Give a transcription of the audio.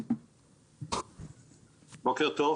בוקר טוב.